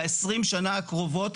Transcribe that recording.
ב-20 שנה הקרובות,